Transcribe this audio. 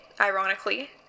ironically